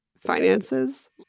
finances